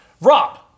Rob